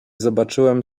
zobaczyłem